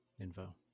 info